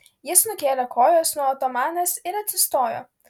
jis nukėlė kojas nuo otomanės ir atsistojo